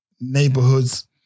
Neighborhoods